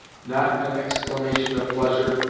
not an exclamation of pleasure,